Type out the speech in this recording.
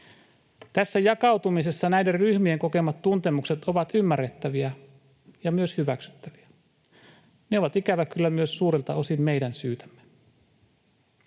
Tässä jakautumisessa näiden ryhmien kokemat tuntemukset ovat ymmärrettäviä ja myös hyväksyttäviä. Ne ovat ikävä kyllä myös suurelta osin meidän syytämme.